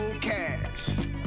cash